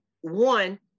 one